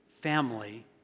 family